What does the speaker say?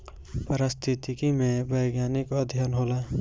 पारिस्थितिकी में वैज्ञानिक अध्ययन होला